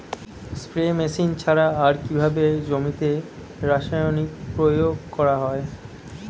Spray machine ছাড়া আর কিভাবে জমিতে রাসায়নিক প্রয়োগ করা যায়?